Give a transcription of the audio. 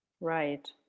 Right